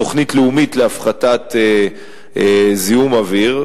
תוכנית לאומית להפחתת זיהום אוויר.